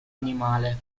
animale